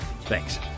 Thanks